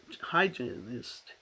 hygienist